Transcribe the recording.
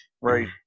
Right